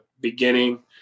beginning